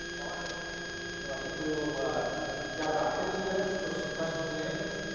all right well i think we will ah we've got about fifteen minutes for some questions and answers